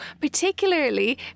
particularly